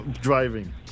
Driving